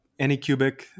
Anycubic